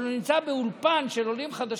אבל הוא נמצא באולפן של עולים חדשים,